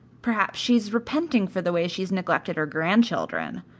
perhaps she's repenting for the way she has neglected her grandchildren,